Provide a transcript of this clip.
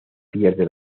pierde